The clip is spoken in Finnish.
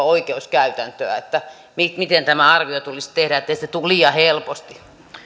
oikeuskäytäntöä miten miten tämä arvio tulisi tehdä ettei se tule liian helposti